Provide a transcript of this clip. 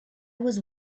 was